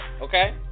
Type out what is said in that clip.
okay